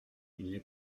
n’est